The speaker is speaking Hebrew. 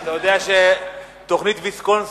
אתה יודע ששוקלים מחדש את תוכנית ויסקונסין.